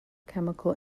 chemical